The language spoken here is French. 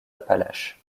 appalaches